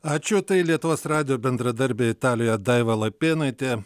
ačiū tai lietuvos radijo bendradarbė italijoje daiva lapėnaitė